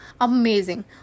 amazing